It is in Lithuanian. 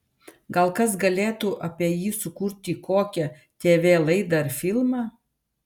gal kas galėtų apie jį sukurti kokią tv laidą ar filmą